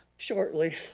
shortly.